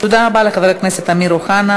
תודה רבה לחבר הכנסת אמיר אוחנה.